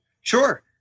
Sure